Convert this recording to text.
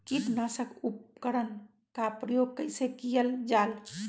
किटनाशक उपकरन का प्रयोग कइसे कियल जाल?